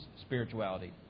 spirituality